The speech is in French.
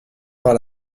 par